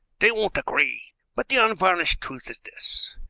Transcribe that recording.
they won't agree but the unvarnished truth is this.